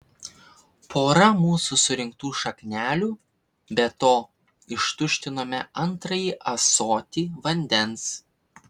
porą mūsų surinktų šaknelių be to ištuštinome antrąjį ąsotį vandens